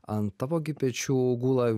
ant tavo gi pečių gula